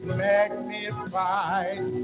magnified